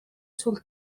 sul